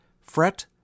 fret